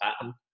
pattern